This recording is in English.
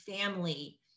family